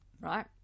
right